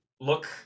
look